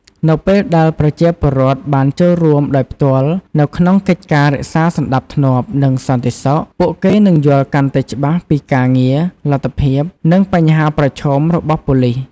នៅពេលដែលប្រជាពលរដ្ឋបានចូលរួមដោយផ្ទាល់នៅក្នុងកិច្ចការរក្សាសណ្តាប់ធ្នាប់ និងសន្តិសុខ ពួកគេនឹងយល់កាន់តែច្បាស់ពីការងារ លទ្ធភាព និងបញ្ហាប្រឈមរបស់ប៉ូលិស។